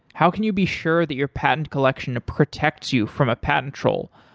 how can you be sure that your patent collection protects you from a patent troll?